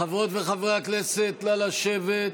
חברות וחברי הכנסת, נא לשבת.